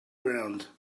ground